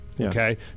Okay